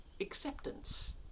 acceptance